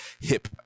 hip